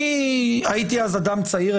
אני הייתי אז אדם צעיר,